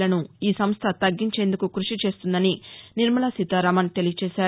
లను ఈ సంస్ట తగ్గించేందుకు క్బషి చేస్తుందని నిర్మలా సీతారామన్ తెలిపారు